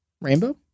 Rainbow